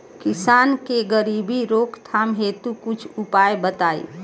किसान के गरीबी रोकथाम हेतु कुछ उपाय बताई?